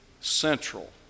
central